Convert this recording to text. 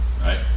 right